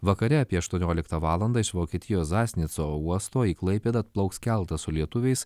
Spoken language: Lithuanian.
vakare apie aštuonioliktą valandą iš vokietijos zasnico uosto į klaipėdą atplauks keltas su lietuviais